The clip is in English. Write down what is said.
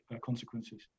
consequences